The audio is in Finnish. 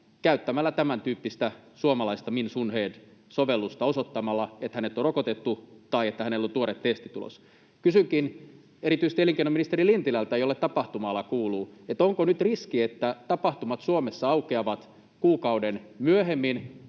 käyttämällä tämäntyyppistä suomalaista MinSundhed‑sovellusta ja osoittamalla, että hänet on rokotettu tai että hänellä on tuore testitulos. Kysynkin erityisesti elinkeinoministeri Lintilältä, jolle tapahtuma-ala kuuluu: onko nyt riski, että tapahtumat Suomessa aukeavat kuukauden myöhemmin